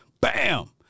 Bam